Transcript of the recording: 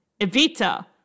Evita